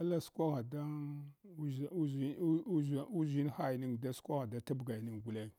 ala skwagha dan uʒshe uʒshi uʒshiya uʒshin ha yinang da skwagha da tabgainang guleng.